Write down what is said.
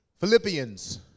Philippians